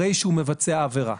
הרי שהוא מבצע עבירה.